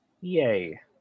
yay